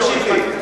תקשיב לי.